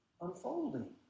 unfolding